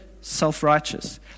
self-righteous